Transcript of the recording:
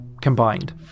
combined